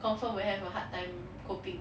confirm will have a hard time coping